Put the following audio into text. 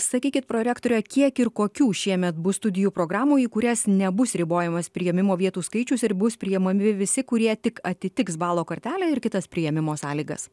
sakykit prorektore kiek ir kokių šiemet bus studijų programų į kurias nebus ribojamas priėmimo vietų skaičius ir bus priimami visi kurie tik atitiks balo kartelę ir kitas priėmimo sąlygas